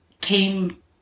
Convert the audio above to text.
came